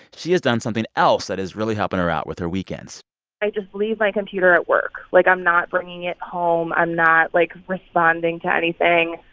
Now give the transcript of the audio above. she has done something else that is really helping her out with her weekends i just leave my computer at work. like, i'm not bringing it home. i'm not, like, responding to anything.